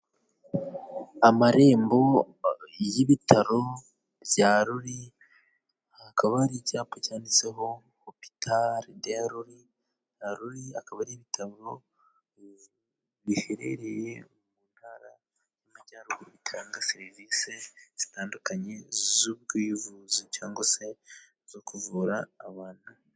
Amarembo y'ibitaro bya Ruli, hakaba hari icyapa cyanditseho hopitalede Ruli, Ruli bikaba ari ibitaro biherereye mu Ntara y'Amajyaruguru, bitanga serivisi zitandukanye z'ubuvuzi cyangwa se zo kuvura abantu.